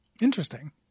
Interesting